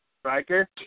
Striker